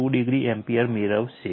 2o ampere મેળવશે